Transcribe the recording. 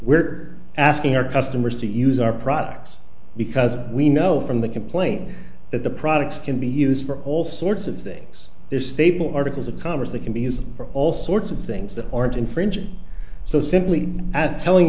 we're asking our customers to use our products because we know from the complaint that the products can be used for all sorts of things they're staple articles of commerce that can be used for all sorts of things that aren't infringing so simply as telling